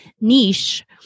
niche